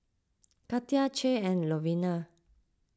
Katia Che and Louvenia